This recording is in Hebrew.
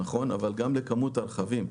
אבל גם לכמות הרכבים.